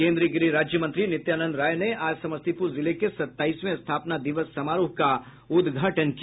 केन्द्रीय गृह राज्यमंत्री नित्यानंद राय ने आज समस्तीपुर जिले के सताईसवें स्थापना दिवस समारोह का उद्घाटन किया